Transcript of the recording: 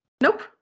Nope